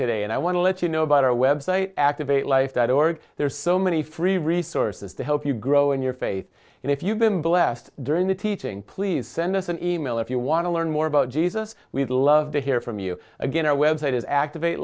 today and i want to let you know about our web site activate life that org there are so many free resources to help you grow in your faith and if you've been blessed during the teaching please send us an e mail if you want to learn more about jesus we'd love to hear from you again our web site is activ